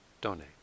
donate